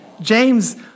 James